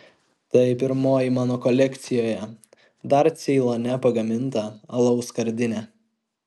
tai pirmoji mano kolekcijoje dar ceilone pagaminta alaus skardinė